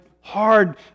hard